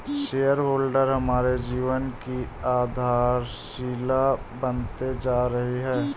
share holder हमारे जीवन की आधारशिला बनते जा रही है